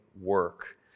work